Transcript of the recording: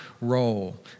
role